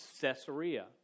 Caesarea